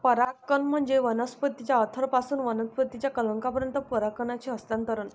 परागकण म्हणजे वनस्पतीच्या अँथरपासून वनस्पतीच्या कलंकापर्यंत परागकणांचे हस्तांतरण